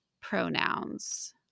Pronouns